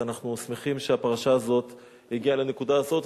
ואנחנו שמחים שהפרשה הזאת הגיעה לנקודה הזאת.